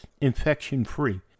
infection-free